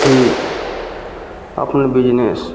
कि अपन बिजनेस